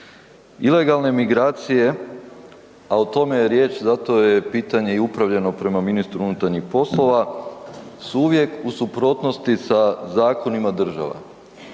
Ilegalne migracije, a o tome je riječ, zato je pitanje i upravljeno prema ministru unutarnjih poslova su uvijek u suprotnosti sa zakonima država.